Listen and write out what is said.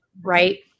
Right